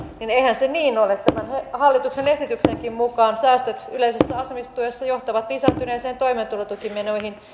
että eihän se niin ole tämän hallituksen esityksenkin mukaan säästöt yleisessä asumistuessa johtavat lisääntyneisiin toimeentulotukimenoihin